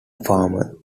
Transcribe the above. farmer